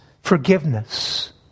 forgiveness